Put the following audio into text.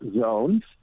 zones